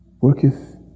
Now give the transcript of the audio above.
worketh